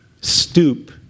Stoop